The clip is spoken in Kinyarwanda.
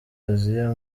asia